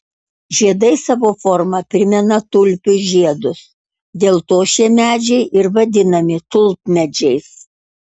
žiedai savo forma primena tulpių žiedus dėl to šie medžiai ir vadinami tulpmedžiais